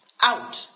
Out